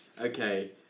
Okay